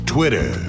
Twitter